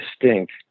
distinct